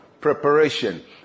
preparation